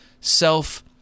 self